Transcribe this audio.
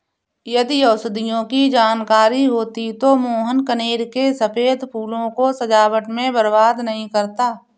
यदि औषधियों की जानकारी होती तो मोहन कनेर के सफेद फूलों को सजावट में बर्बाद नहीं करता